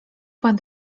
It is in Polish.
pan